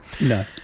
No